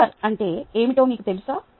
shear అంటే ఏమిటో మీకు తెలుసా